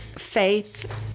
faith